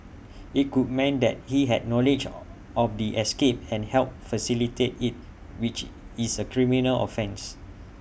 IT could mean that he had knowledge of the escape and helped facilitate IT which is A criminal offence